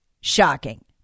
shocking